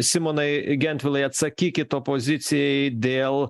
simonai gentvilai atsakykit opozicijai dėl